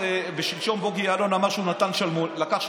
ושלשום בוגי יעלון אמר שהוא לקח שלמונים,